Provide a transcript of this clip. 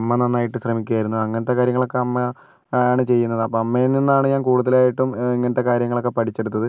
അമ്മ നന്നായിട്ട് ശ്രമിക്കുമായിരുന്നു അങ്ങനത്തെ കാര്യങ്ങളൊക്കെ അമ്മ ആണ് ചെയ്യുന്നത് അപ്പം അമ്മയിൽ നിന്നാണ് ഞാൻ കൂടുതലായിട്ടും ഇങ്ങനത്തെ കാര്യങ്ങളൊക്കെ പഠിച്ചെടുത്തത്